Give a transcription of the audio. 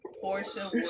portia